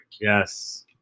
Yes